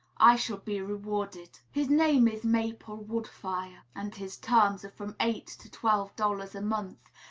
i shall be rewarded. his name is maple wood-fire, and his terms are from eight to twelve dollars a month,